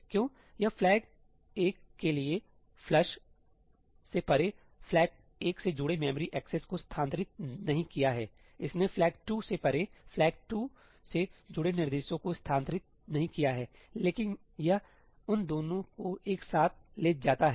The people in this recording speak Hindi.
क्यों यह फ्लैग 1 के लिए फ्लश से परे फ्लैग 1 से जुड़े मेमोरी एक्सेस को स्थानांतरित नहीं किया है इसने फ्लैग 2 से परे फ्लैग 2 से जुड़े निर्देशों को स्थानांतरित नहीं किया है लेकिन यह उन दोनों को एक साथ ले जाता है